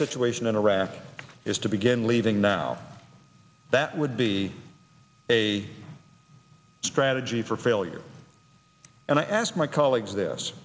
situation in iraq is to begin leaving now that would be a strategy for failure and i ask my colleagues this